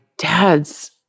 dad's